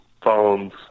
phones